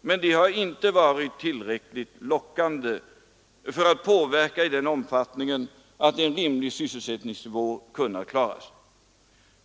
men det har inte varit tillräckligt lockande för att påverka läget i sådan omfattning att en rimlig sysselsättning kunnat upprätthållas.